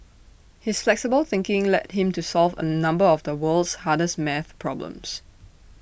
his flexible thinking led him to solve A number of the world's hardest maths problems